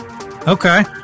okay